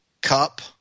cup